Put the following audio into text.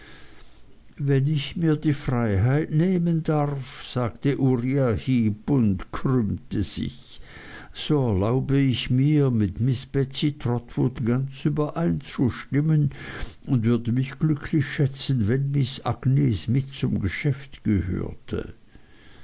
wenn ich mir die freiheit nehmen derf sagte uriah heep und krümmte sich so erlaube ich mir mit miß betsey trotwood ganz übereinzustimmen und würde mich glücklich schätzen wenn miß agnes mit zum geschäft gehörte